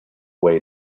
way